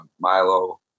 Milo